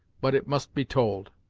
but it must be told.